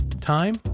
Time